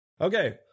Okay